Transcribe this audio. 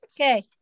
Okay